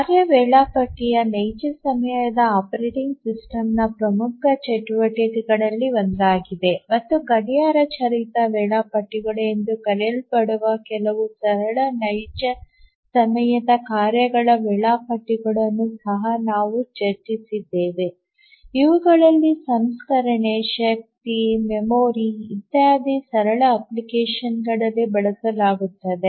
ಕಾರ್ಯ ವೇಳಾಪಟ್ಟಿ ನೈಜ ಸಮಯ ದ ಆಪರೇಟಿಂಗ್ ಸಿಸ್ಟಂನ ಪ್ರಮುಖ ಚಟುವಟಿಕೆಗಳಲ್ಲಿ ಒಂದಾಗಿದೆ ಮತ್ತು ಗಡಿಯಾರ ಚಾಲಿತ ವೇಳಾಪಟ್ಟಿಗಳು ಎಂದು ಕರೆಯಲ್ಪಡುವ ಕೆಲವು ಸರಳ ನೈಜ ಸಮಯದ ಕಾರ್ಯಗಳ ವೇಳಾಪಟ್ಟಿಗಳನ್ನು ಸಹ ನಾವು ಚರ್ಚಿಸಿದ್ದೇವೆ ಇವುಗಳನ್ನು ಸಂಸ್ಕರಣೆ ಶಕ್ತಿ ಮೆಮೊರಿ ಇತ್ಯಾದಿ ಸರಳ ಅಪ್ಲಿಕೇಶನ್ಗಳಲ್ಲಿ ಬಳಸಲಾಗುತ್ತದೆ